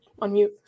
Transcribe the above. unmute